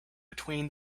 between